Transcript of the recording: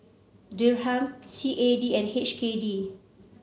Dirham C A D and H K D